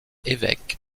évêque